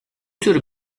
tür